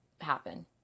happen